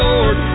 Lord